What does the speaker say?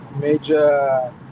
major